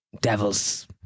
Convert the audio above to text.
devils